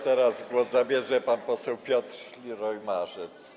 Teraz głos zabierze pan poseł Piotr Liroy-Marzec.